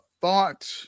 thought